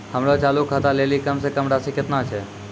हमरो चालू खाता लेली कम से कम राशि केतना छै?